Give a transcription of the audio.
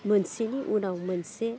मोनसेनि उनाव मोनसे